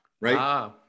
Right